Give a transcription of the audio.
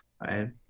right